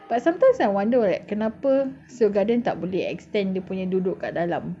but sometimes I wonder what like kenapa Seoul Garden tak boleh extend dia punya duduk dekat dalam